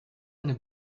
eine